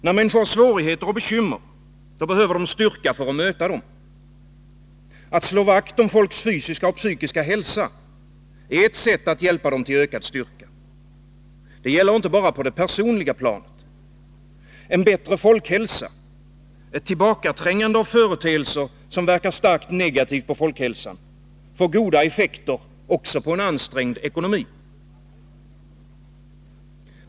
När människor har svårigheter och bekymmer, behöver de styrka för att möta dem. Att slå vakt om folks fysiska och psykiska hälsa är ett sätt att hjälpa dem till ökad styrka. Det gäller inte bara på det personliga planet. En bättre folkhälsa, ett tillbakaträngande av företeelser som verkar starkt negativt på folkhälsan, får goda effekter också på en ansträngd ekonomi.